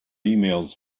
emails